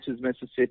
Mississippi